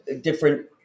different